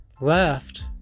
left